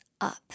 up